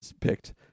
picked